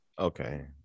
Okay